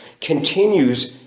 continues